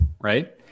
right